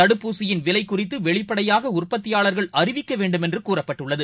தடுப்பூசியின் விலைகுறித்துவெளிப்படையாகஉற்பத்தியாளர்கள் அறிவிக்கவேண்டுமென்றுகூறப்பட்டுள்ளது